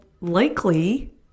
likely